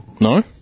No